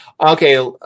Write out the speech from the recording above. Okay